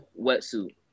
Wetsuit